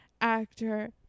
actor